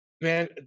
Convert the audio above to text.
man